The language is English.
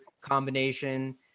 combination